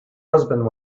husband